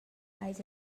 eis